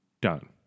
done